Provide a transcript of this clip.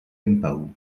empau